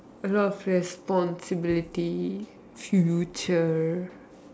a lot of responsibilities future